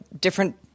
different